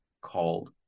called